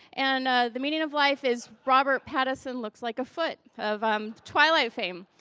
and the meaning of life is robert pattinson looks like a foot, of um twilight fame.